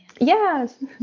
Yes